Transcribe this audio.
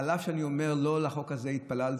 אף שאני אומר שלא לחוק הזה התפללתי,